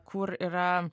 kur yra